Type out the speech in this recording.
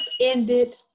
ended